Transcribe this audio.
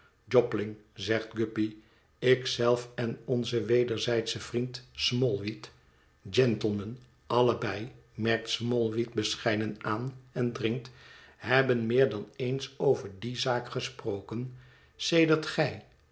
ik zelf en onze wederzijdsche vriend smallweed gentlemen allebei merkt smallweed bescheiden aan en drinkt hebben meer dan eens over die zaak gesproken sedert gij